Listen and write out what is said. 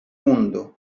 mundo